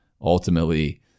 Ultimately